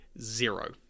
zero